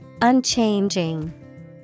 Unchanging